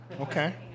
Okay